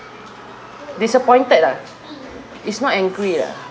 disappointed ah it's not angry lah